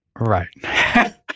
Right